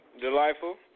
Delightful